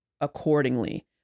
accordingly